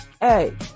Hey